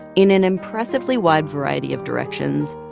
in an impressively wide variety of directions,